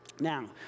Now